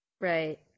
Right